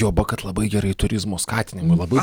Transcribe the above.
juoba kad labai gerai turizmo skatinimui labai